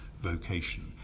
vocation